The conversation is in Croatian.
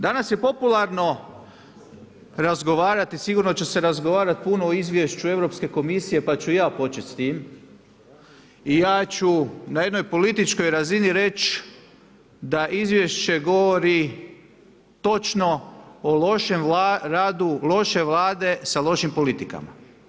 Danas je popularno razgovarati, sigurno će se razgovarati puno o izvješću Europske komisije pa ću i ja početi s time i ja ću na jednoj političkoj razini reći da izvješće govori točno o lošem radu loše Vlade sa lošim politikama.